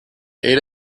ate